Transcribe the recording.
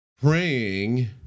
Praying